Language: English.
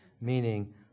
meaning